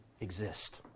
exist